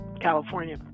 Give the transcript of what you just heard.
California